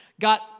got